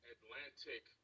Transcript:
Atlantic